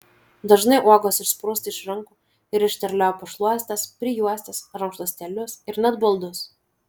dažnai uogos išsprūsta iš rankų ir išterlioja pašluostes prijuostes rankšluostėlius ir net baldus